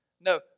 No